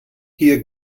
hier